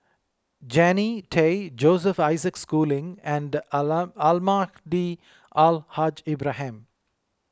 Jannie Tay Joseph Isaac Schooling and alarm Almahdi Al Haj Ibrahim